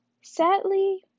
sadly